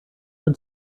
add